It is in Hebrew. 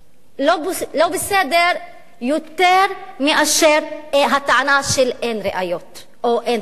לא בסדר יותר מאשר הטענה של אין ראיות או אין תקציבים.